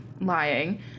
lying